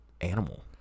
animal